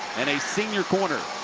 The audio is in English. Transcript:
and a senior corner.